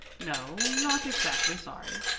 no, not exactly sorry.